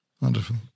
Wonderful